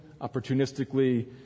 opportunistically